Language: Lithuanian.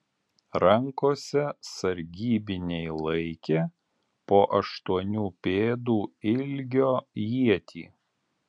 rankose sargybiniai laikė po aštuonių pėdų ilgio ietį